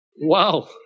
Wow